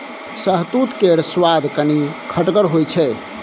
शहतुत केर सुआद कनी खटगर होइ छै